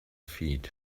feet